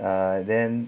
ah then